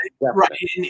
Right